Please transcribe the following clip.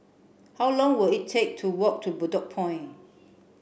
how long will it take to walk to Bedok Point